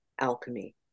alchemy